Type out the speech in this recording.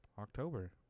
October